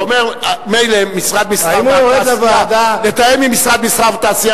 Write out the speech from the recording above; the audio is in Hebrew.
אתה אומר, מילא משרד המסחר והתעשייה,